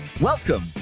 Welcome